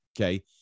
Okay